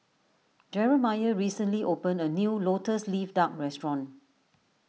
Jeremiah recently opened a new Lotus Leaf Duck restaurant